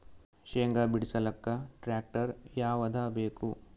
ಶೇಂಗಾ ಬಿಡಸಲಕ್ಕ ಟ್ಟ್ರ್ಯಾಕ್ಟರ್ ಯಾವದ ಬೇಕು?